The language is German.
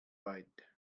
weit